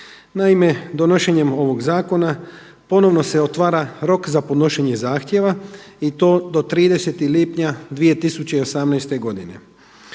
Naime, donošenjem ovog zakona ponovno se otvara rok za podnošenje zahtjeva i to do 30. lipnja 2018. godine.